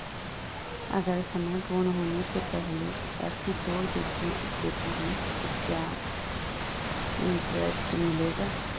अगर समय पूर्ण होने से पहले एफ.डी तोड़ देता हूँ तो क्या इंट्रेस्ट मिलेगा?